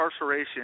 incarceration